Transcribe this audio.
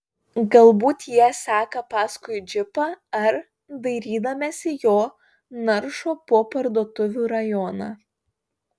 galbūt jie seka paskui džipą ar dairydamiesi jo naršo po parduotuvių rajoną